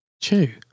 Chew